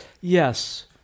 yes